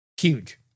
Huge